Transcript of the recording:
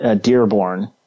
Dearborn